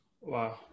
Wow